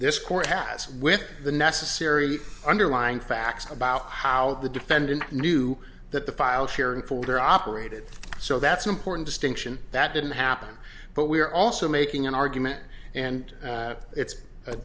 this court has with the necessary underlying facts about how the defendant knew that the file sharing forder operated so that's an important distinction that didn't happen but we're also making an argument and it's